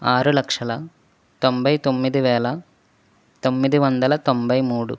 ఆరు లక్షల తొంభై తొమ్మిది వేల తొమ్మిది వందల తొంభై మూడు